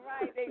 right